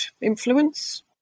influence